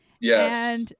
Yes